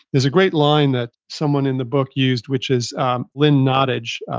there's a great line that someone in the book used which is lynn nottage.